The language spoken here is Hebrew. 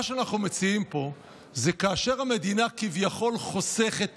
מה שאנחנו מציעים פה הוא שכאשר המדינה כביכול חוסכת תקציב,